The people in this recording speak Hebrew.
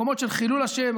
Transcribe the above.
מקומות של חילול השם,